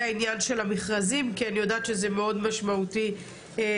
הענין של המכרזים כי אני יודעת שזה מאוד משמעותי בחברה